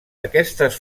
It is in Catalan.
aquestes